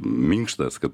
minkštas kad